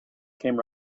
came